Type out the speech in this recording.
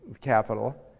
capital